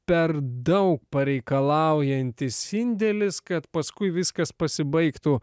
per daug pareikalaujantis indėlis kad paskui viskas pasibaigtų